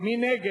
מי נגד?